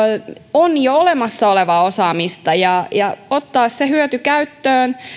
on jo olemassa olevaa osaamista ja ja ottaa se hyöty käyttöön